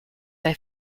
they